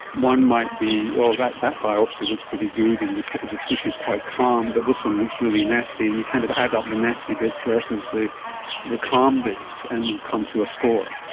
one might be, oh, that that biopsy looks pretty good and the the tissue is quite calm but this one looks really nasty, and you kind of add up the nasty bits versus the the calm bits and come to a score.